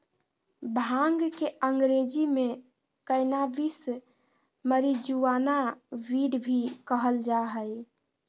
भांग के अंग्रेज़ी में कैनाबीस, मैरिजुआना, वीड भी कहल जा हइ